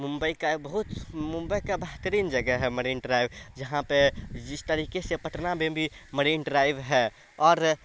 ممبئی کا ہے بہت ممبئی کا بہترین جگہ ہے مرین ڈرائیو جہاں پہ جس طریقے سے پٹنہ میں بھی مرین ڈرائیو ہے اور